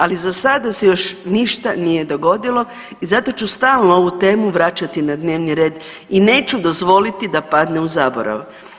Ali za sada se još ništa nije dogodilo i zato ću stalno ovu temu vraćati na dnevni red i neću dozvoliti da padne u zaborav.